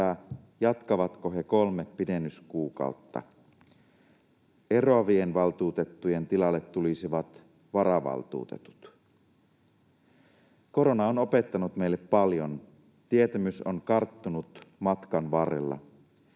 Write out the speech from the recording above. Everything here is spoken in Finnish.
jatkavatko he kolme pidennyskuukautta. Eroavien valtuutettujen tilalle tulisivat varavaltuutetut. Korona on opettanut meille paljon. Tietämys on karttunut matkan varrella.